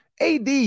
AD